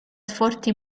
forti